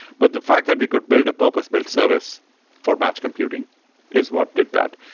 but the fact that we could build a purpose built service for batch computing is what did that.